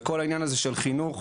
וכל העניין הזה של חינוך,